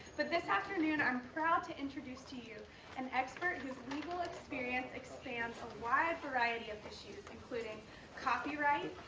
but this afternoon i'm proud to introduce to you an expert whose legal experience expands a wide variety of issues including copyright,